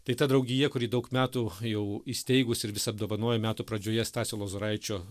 tai ta draugija kuri daug metų jau įsteigus ir vis apdovanoja metų pradžioje stasio lozoraičio